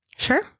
Sure